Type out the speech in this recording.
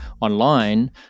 online